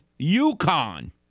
UConn